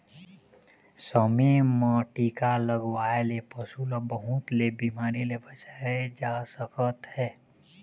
समे म टीका लगवाए ले पशु ल बहुत ले बिमारी ले बचाए जा सकत हे